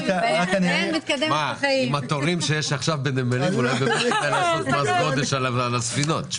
עם התורים שיש עכשיו בנמל צריך יהיה לעשות מס גודש על ספינות...